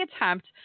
attempt